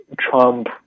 Trump